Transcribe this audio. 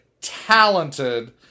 talented